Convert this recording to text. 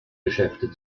geschäfte